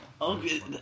Okay